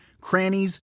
crannies